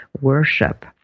worship